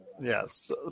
Yes